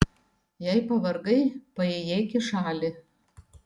jei pavargai paėjėk į šalį